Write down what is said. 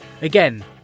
Again